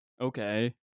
Okay